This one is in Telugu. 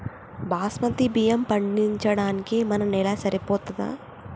బాస్మతి బియ్యం పండించడానికి మన నేల సరిపోతదా?